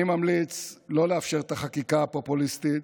אני ממליץ לא לאפשר את החקיקה הפופוליסטית,